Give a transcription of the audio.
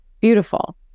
Beautiful